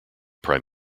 prime